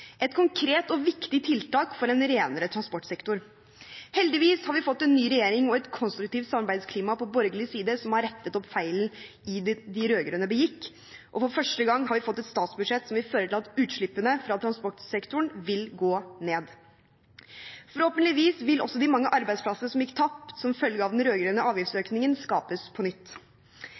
et konkret og viktig tiltak for en renere transportsektor. Heldigvis har vi fått en ny regjering og et konstruktivt samarbeidsklima på borgerlig side som har rettet opp i feilen de rød-grønne begikk, og for første gang har vi fått et statsbudsjett som vil føre til at utslippene fra transportsektoren vil gå ned. Forhåpentligvis vil også de mange arbeidsplassene som gikk tapt som følge av den rød-grønne avgiftsøkningen, skapes på nytt.